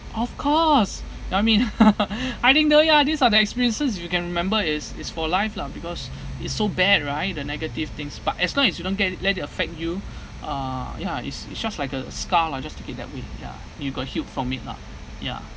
of course no I mean I didn't do ya these are the experiences you can remember is is for life lah because it's so bad right the negative things but as long as you don't get it let it affect you uh ya it's it's just like a scar lah just to keep that way ya you got healed from it lah ya